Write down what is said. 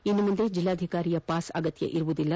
ಇನ್ನು ಮುಂದೆ ಜಿಲ್ಲಾಧಿಕಾರಿಯ ಪಾಸ್ ಅಗತ್ಯ ಇರುವುದಿಲ್ಲ